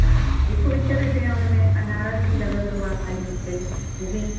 हा हिकु विच में भेणु उन में अनारस बि लॻंदो आहे पाइनएप्पल उहो बि